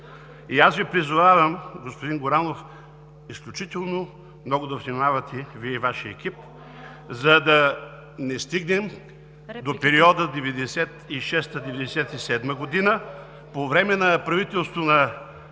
И аз Ви призовавам, господин Горанов, изключително много да внимавате Вие и Вашият екип, за да не стигнем до периода 1996 – 1997 г., по време на правителството на